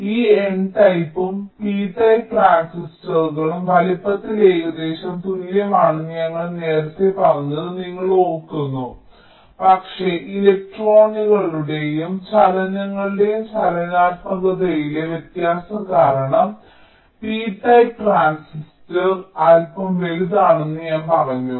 ഈ N ടൈപ്പും P type ട്രാൻസിസ്റ്ററുകളും വലുപ്പത്തിൽ ഏകദേശം തുല്യമാണെന്ന് ഞങ്ങൾ നേരത്തെ പറഞ്ഞത് നിങ്ങൾ ഓർക്കുന്നു പക്ഷേ ഇലക്ട്രോണുകളുടെയും ചലനങ്ങളുടെയും ചലനാത്മകതയിലെ വ്യത്യാസം കാരണം P ടൈപ്പ് ട്രാൻസിസ്റ്റർ അല്പം വലുതാണെന്ന് ഞാൻ പറഞ്ഞു